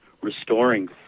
restoring